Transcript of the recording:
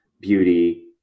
beauty